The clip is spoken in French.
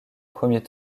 premier